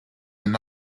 and